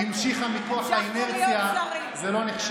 הממשלה לא השלימה את שנתה.